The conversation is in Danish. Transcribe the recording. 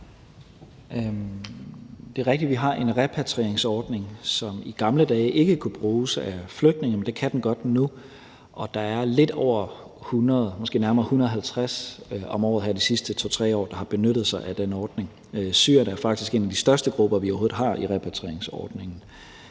Det er rigtigt, at vi har en repatrieringsordning, som i gamle dage ikke kunne bruges af flygtninge, men som godt kan det nu, og det er lidt over 100, måske nærmere 150, om året her i de sidste 2-3 år, der har benyttet sig af den ordning. Syrerne er faktisk en af de største grupper, vi overhovedet har i repatrieringsordningen.